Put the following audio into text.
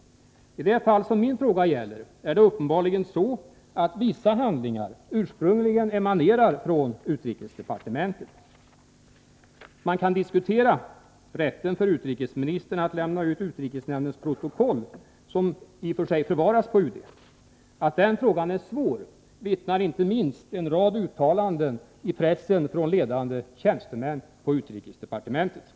I det fall som min fråga gäller är det uppenbarligen så, att vissa handlingar ursprungligen emanerar från utrikesdepartementet. Man kan diskutera rätten för utrikesministern att lämna ut utrikesnämndens protokoll, som i och för sig förvaras på UD. Att den frågan är svår vittnar inte minst en rad uttalanden i pressen från ledande tjänstemän på utrikesdepartementet om.